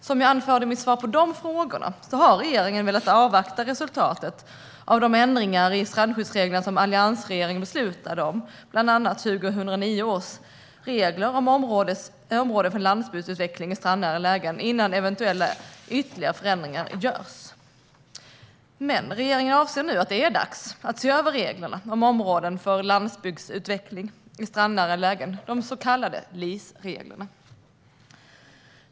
Som jag anförde i mitt svar på de frågorna har regeringen velat avvakta resultatet av de ändringar av strandskyddsreglerna som alliansregeringen beslutade om - bland annat 2009 års regler om områden för landsbygdsutveckling i strandnära lägen - innan eventuella ytterligare förändringar görs. Regeringen anser nu att det är dags att se över reglerna om områden för landsbygdsutveckling i strandnära lägen - de så kallade LIS-reglerna.